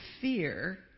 fear